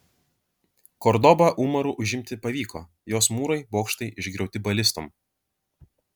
kordobą umaru užimti pavyko jos mūrai bokštai išgriauti balistom